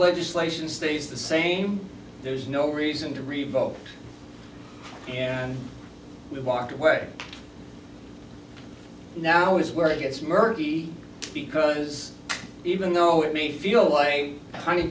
legislation stays the same there's no reason to revoke and we walked away now is where it gets murky because even though it may feel like